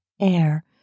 air